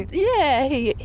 yeah, yeah.